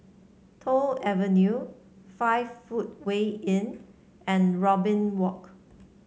Toh Avenue Five Footway Inn and Robin Walk